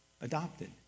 adopted